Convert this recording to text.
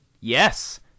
Yes